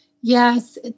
Yes